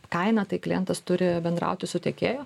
kainą tai klientas turi bendrauti su tiekėju